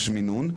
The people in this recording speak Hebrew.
יש מינון,